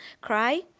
Cry